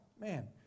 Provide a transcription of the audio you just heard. man